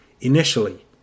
Initially